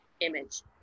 image